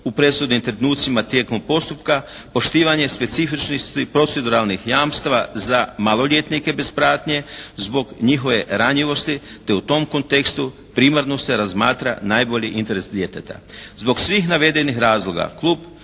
u presudnim trenucima tijekom postupka. Poštivanje specifičnosti proceduralnih jamstva za maloljetnike bez pratnje zbog njihove ranjivosti. Te u tom kontekstu primarno se razmatra najbolji interes djeteta. Zbog svih navedenih razloga Klub